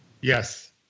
Yes